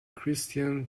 کریستین